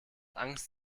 angst